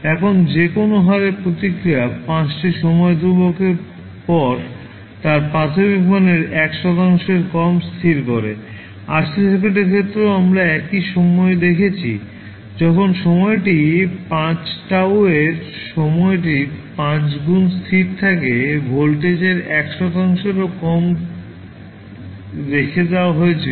এখন যে কোনও হারে প্রতিক্রিয়া 5 টি সময়ের ধ্রুবকের পরে তার প্রাথমিক মানের 1 শতাংশেরও কম স্থির করে RC সার্কিটের ক্ষেত্রেও আমরা একই সময়টি দেখেছি যখন সময়টি 5 TAU যা সময়টির 5 গুন স্থির থাকে ভোল্টেজের 1 শতাংশেরও কম রেখে দেওয়া হয়েছিল